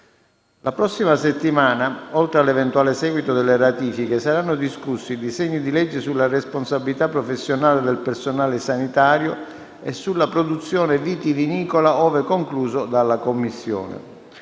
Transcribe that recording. La prossima settimana, oltre all'eventuale seguito delle ratifiche, saranno discussi i disegni di legge sulla responsabilità professionale del personale sanitario e sulla produzione vitivinicola, ove concluso dalla Commissione.